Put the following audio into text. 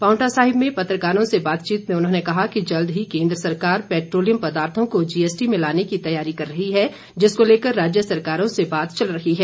पांवटा साहिब में पत्रकारों से बातचीत में उन्होंने कहा कि जल्द ही केन्द्र सरकार पैट्रोलियम पदार्थों को जीएसटी में लाने की तैयारी कर रही है जिसको लेकर राज्य सरकारों से बात चल रही है